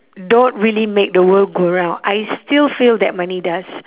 don't really make the world go round I still feel that money does